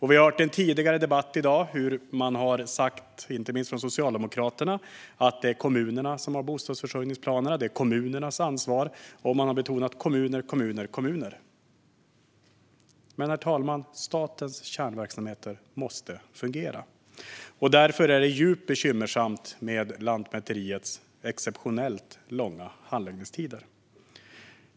Vi har i en tidigare debatt i dag hört hur man, inte minst från Socialdemokraterna, har sagt att det är kommunerna som har bostadsförsörjningsplanerna och att det är kommunernas ansvar. Man har betonat kommuner, kommuner och kommuner. Men, herr talman: Statens kärnverksamheter måste fungera. Därför är det djupt bekymmersamt med Lantmäteriets exceptionellt långa handläggningstider.